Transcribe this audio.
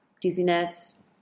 dizziness